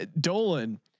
Dolan